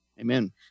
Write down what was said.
Amen